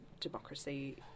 democracy